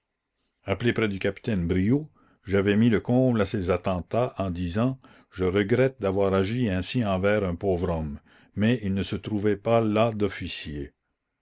appelée près du capitaine briot j'avais mis le comble à ces attentats en disant je regrette d'avoir agi ainsi envers un pauvre homme mais il ne se trouvait pas là d'officier